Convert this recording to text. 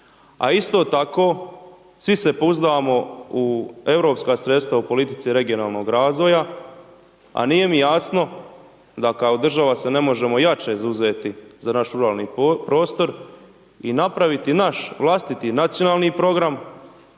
A isto tako, svi se pouzdamo u europska sredstva u politici regionalnog razvoja, a nije mi jasno da kao država se ne možemo jače zauzeti za naš ruralni prostor i napraviti naš vlastiti nacionalni program,